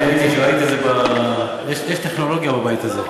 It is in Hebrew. אני ראיתי את זה, יש טכנולוגיה בבית הזה.